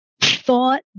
thought